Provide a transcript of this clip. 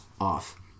off